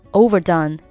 overdone